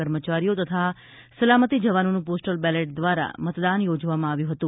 કર્મચારીઓ તથા સલામતિ જવાનોનું પોસ્ટલ બેલેટ દ્વારા મતદાન યોજવામાં આવ્યું હતું